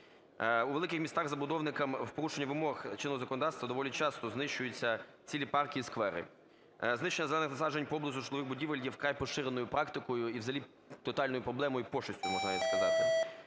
У великих міста забудовниками в порушення вимог чинного законодавства доволі часто знищуються цілі парки і сквери. Знищення зелених насаджень поблизу житлових будівель є вкрай поширеною практикою і взагалі тотальною проблемою, пошестю, можна навіть